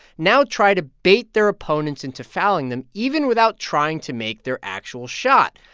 now try to bait their opponents into fouling them even without trying to make their actual shot.